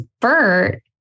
Bert